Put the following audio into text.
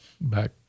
back